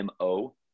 Mo